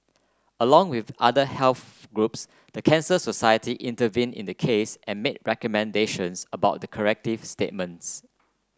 along with other health groups the Cancer Society intervened in the case and made recommendations about the corrective statements